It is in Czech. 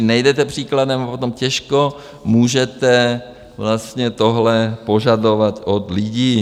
Nejdete příkladem a potom těžko můžete vlastně tohle požadovat od lidí.